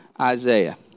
Isaiah